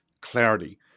clarity